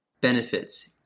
benefits